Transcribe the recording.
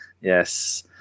Yes